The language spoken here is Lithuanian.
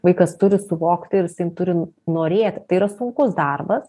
vaikas turi suvokti ir jisai turim norėti tai yra sunkus darbas